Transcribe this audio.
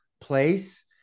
place